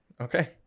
okay